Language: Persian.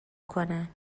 کنم